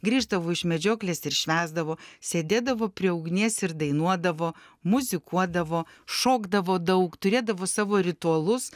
grįždavo iš medžioklės ir švęsdavo sėdėdavo prie ugnies ir dainuodavo muzikuodavo šokdavo daug turėdavo savo ritualus